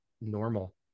normal